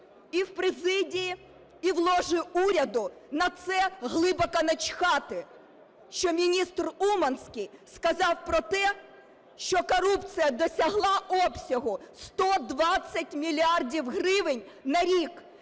і в президії, і в ложі уряду на це глибоко начхати, що міністр Уманський сказав про те, що корупція досягла обсягу 120 мільярдів гривень на рік,